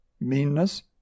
meanness